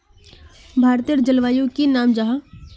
भारतेर जलवायुर की नाम जाहा?